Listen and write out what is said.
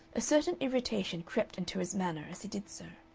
a certain irritation crept into his manner as he did so.